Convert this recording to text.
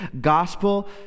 Gospel